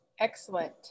Excellent